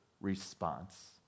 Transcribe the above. response